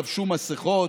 לבשו מסכות,